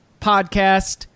podcast